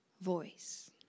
voice